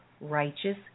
righteous